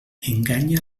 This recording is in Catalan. enganya